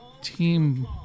team